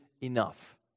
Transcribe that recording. enough